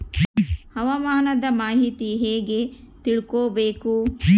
ಹವಾಮಾನದ ಮಾಹಿತಿ ಹೇಗೆ ತಿಳಕೊಬೇಕು?